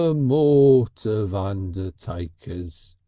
a mort of undertakers.